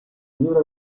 libre